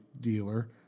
dealer